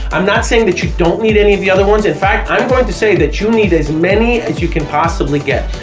i'm not saying that you don't need any of the other ones in fact i'm going to say that you need as many as you can possibly get.